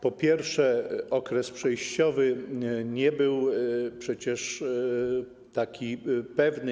Po pierwsze, okres przejściowy nie był przecież taki pewny.